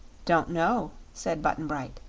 don't know, said button-bright.